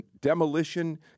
demolition